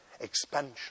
expansion